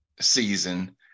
season